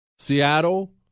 Seattle